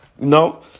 No